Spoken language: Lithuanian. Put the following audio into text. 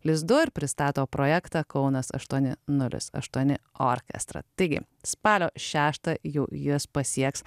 lizdu ir pristato projektą kaunas aštuoni nulis aštuoni orkestrą taigi spalio šeštą jų juos pasieks